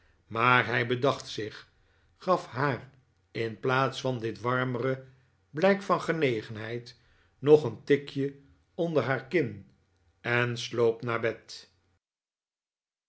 maar hij bedacht zich gaf haar in plaats van dit warmere blijk van genegenheid nog een tikje onder haar kin en sloop naar bed